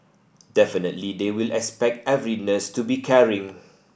definitely they will expect every nurse to be caring